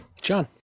John